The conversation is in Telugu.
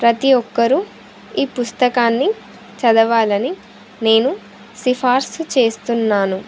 ప్రతి ఒక్కరూ ఈ పుస్తకాన్ని చదవాలని నేను సిఫార్సు చేస్తున్నాను